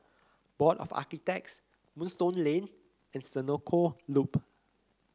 Board of Architects Moonstone Lane and Senoko Loop